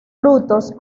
frutos